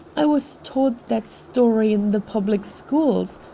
i was taught that story in the public schools.